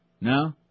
No